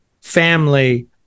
family